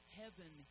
heaven